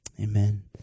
Amen